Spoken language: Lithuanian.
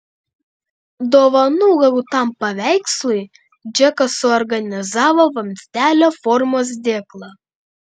dovanų gautam paveikslui džekas suorganizavo vamzdelio formos dėklą